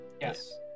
Yes